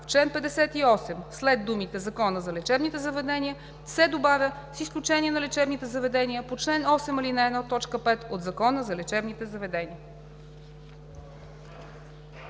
в чл. 58 след думите „Закона за лечебните заведения“ се добавя „с изключение на лечебните заведения по чл. 8, ал. 1, т. 5 от Закона за лечебните заведения“.“